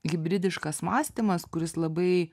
hibridiškas mąstymas kuris labai